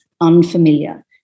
unfamiliar